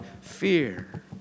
fear